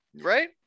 Right